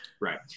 right